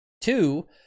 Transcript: Two